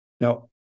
Now